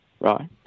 right